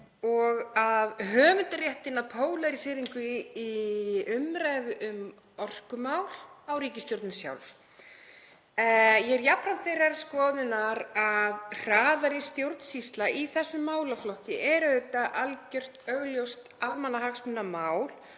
höfundarréttinn að pólaríseringu í umræðu um orkumál á ríkisstjórnin sjálf. Ég er jafnframt þeirrar skoðunar að hraðari stjórnsýsla í þessum málaflokki sé auðvitað augljóst almannahagsmunamál.